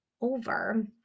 over